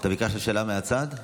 אתה ביקשת שאלה מהצד?